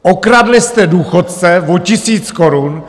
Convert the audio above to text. Okradli jste důchodce o tisíc korun!